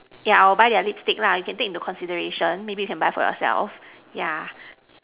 yeah I will buy their lipstick lah you can take into consideration maybe you can buy for yourself yeah